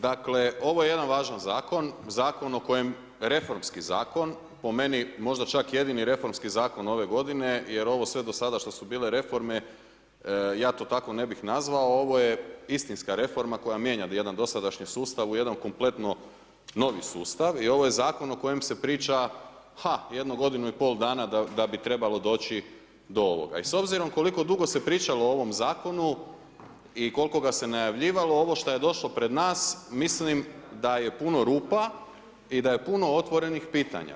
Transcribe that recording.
Dakle, ovo je jedan važan Zakon, Zakon o kojem reformski zakon, po meni možda čak jedini reformski zakon ove godine jer ovo sve do sada što su bile reforme, ja to tako ne bi nazvao, ovo je istinska reforma koja mijenja jedan dosadašnji sustav u jedan kompletno novi sustav i ovo je Zakon o kojem se priča jedno godinu i pol dana da bi trebalo doći do ovoga i s obzirom koliko dugo se pričalo o ovom Zakonu i koliko ga se najavljivalo, ovo što je došlo pred nas mislim da je puno rupa i da je puno otvorenih pitanja.